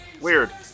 Weird